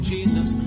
Jesus